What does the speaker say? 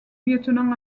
lieutenant